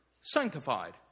sanctified